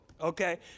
okay